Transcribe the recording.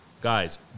guys